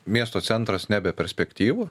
miesto centras nebeperspektyvu